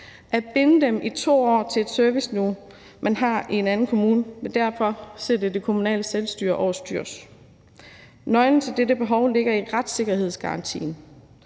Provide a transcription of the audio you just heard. At binde dem i 2 år til et serviceniveau, man har i en anden kommune, vil derfor sætte det kommunale selvstyre over styr. Nøglen til dette behov ligger i retssikkerhedsgarantien,